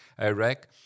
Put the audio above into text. Iraq